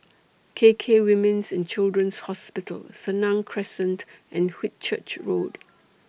K K Women's and Children's Hospital Senang Crescent and Whitchurch Road